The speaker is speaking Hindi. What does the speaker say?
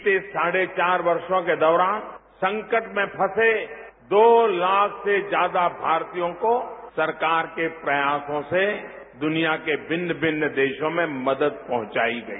बीते साढ़े चार क्षों के दौरान संकट में फंसे दो लाख से ज्यादा भारतीयों को सरकार के प्रयासों से दुनिया के शिन शिन्न देशों में मदद पहुंचाई गई